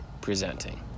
presenting